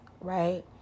right